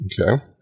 Okay